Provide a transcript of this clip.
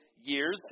years